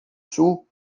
sul